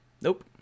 Nope